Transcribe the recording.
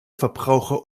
verbraucher